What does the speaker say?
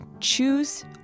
choose